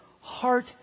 heart